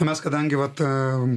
mes kadangi vat